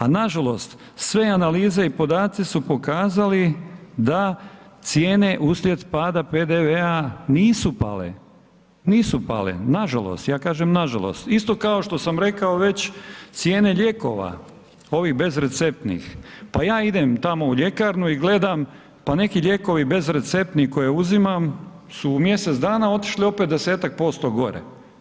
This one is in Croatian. A nažalost, sve analize i podaci su pokazali da cijene uslijed pada PDV-a nisu pale, nisu pale nažalost, ja kažem nažalost, isto kao što sam rekao već, cijene lijekova ovih bezreceptnih, pa ja idem tamo u ljekarnu i gledam, pa neki lijekovi bez receptni koje uzimam su u mjesec dana otišli opet 10-ak posto gore.